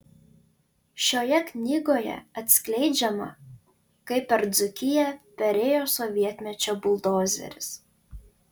šioje knygoje atskleidžiama kaip per dzūkiją perėjo sovietmečio buldozeris